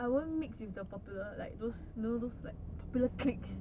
I won't mix with the popular like those you know those like popular cliques